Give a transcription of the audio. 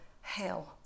hell